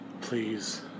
please